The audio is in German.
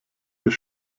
hier